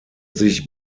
sich